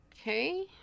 Okay